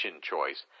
choice